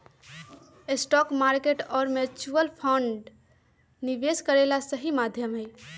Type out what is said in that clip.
stock market और mutual fund निवेश करे ला सही माध्यम हई